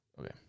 Okay